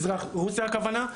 רוסיה הכוונה,